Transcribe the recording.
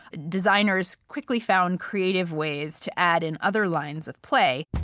designers quickly found creative ways to add in other lines of play.